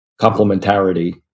complementarity